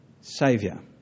Saviour